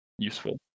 Useful